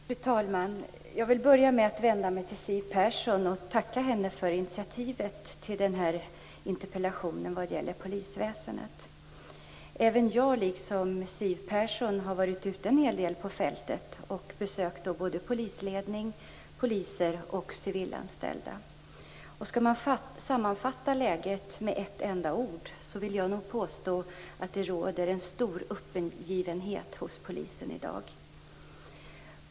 Fru talman! Jag vill börja med att vända mig till Siw Persson och tacka henne för initiativet till denna interpellation vad gäller polisväsendet. Även jag, liksom Siw Persson, har varit ute en hel del på fältet och besökt både polisledning, poliser och civilanställda. Skall man sammanfatta läget med ett enda ord vill jag nog påstå att det råder en stor uppgivenhet hos polisen i dag.